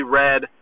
red